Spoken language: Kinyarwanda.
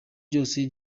ryose